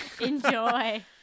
Enjoy